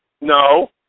No